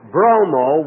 Bromo